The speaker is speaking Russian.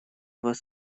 вас